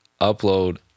upload